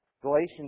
Galatians